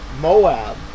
Moab